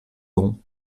don